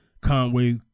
Conway